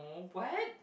what